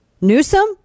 Newsom